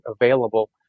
available